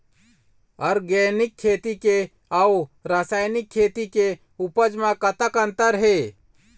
Organic खेती के अउ रासायनिक खेती के उपज म कतक अंतर हे?